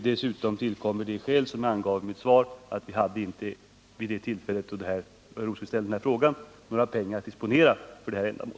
Dessutom tillkommer det skäl som jag angav i mitt svar, nämligen att vi vid det tillfälle då herr Rosqvist ställde frågan inte hade några pengar att disponera för detta ändamål.